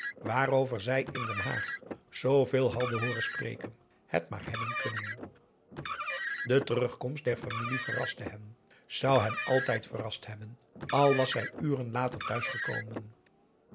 waarover zij in den haag zooveel had hooren spreken het maar hebben kunnen de terugkomst der familie verraste hen zou hen altijd verrast hebben al was zij uren later